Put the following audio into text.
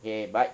okay bye